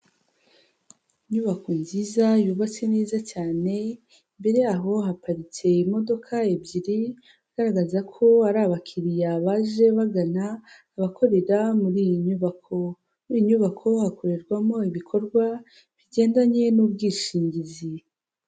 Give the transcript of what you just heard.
Inyubako nziza yubatse neza cyane, imbere yaho haparitse imodoka ebyiri, igaragaza ko ari abakiriya baje bagana abakorera muri iyi nyubako, muri iyi nyubako hakorerwamo ibikorwa bigendanye n'ubwishingizi.